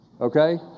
okay